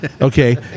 okay